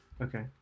Okay